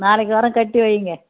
நாளைக்கு வர்றேன் கட்டி வையுங்க